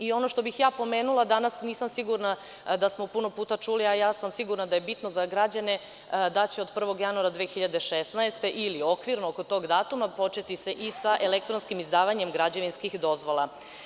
I ono što bih ja pomenula danas, nisam sigurna da smo puno puta čuli, a ja sam sigurna da je bitno za građane, da će od 1. januara 2016. godine ili okvirno oko tog datuma početi se i sa elektronskim izdavanjem građevinskih dozvola.